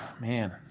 man